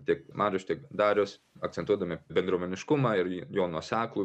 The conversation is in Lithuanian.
tiek mariuš tiek darius akcentuodami bendruomeniškumą ir jį jo nuoseklų